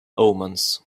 omens